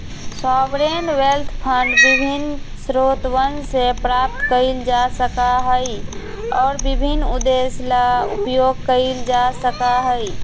sovereign wealth fund विभिन्न स्रोतवन से प्राप्त कइल जा सका हई और विभिन्न उद्देश्य ला उपयोग कइल जा सका हई